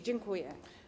Dziękuję.